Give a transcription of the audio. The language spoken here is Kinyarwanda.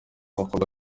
hakorwa